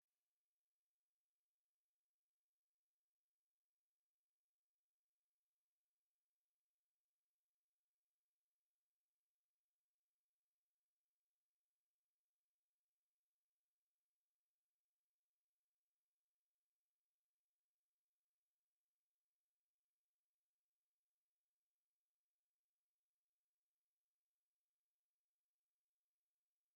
Uko iminsi igenda ishira abantu bagenda basobanukirwa uko babana neza na bagenzi babo batabavukije uburenganzira bwabo cyangwa se ngo bababwire amagambo abakomeretsa. Ubu abantu babana n'ubumuga runaka nta n'umwe ugihabwa akato kuko abantu bose basobanukiwe neza ko na bo ari abantu nka bo, bakabafasha mu bibagora kandi bakabereka urukundo na bo bakabaho bishimye.